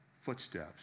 footsteps